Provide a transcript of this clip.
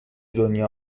دنیا